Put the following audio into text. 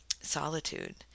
solitude